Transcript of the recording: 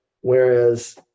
Whereas